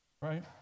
Right